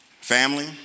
Family